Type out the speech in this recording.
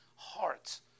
hearts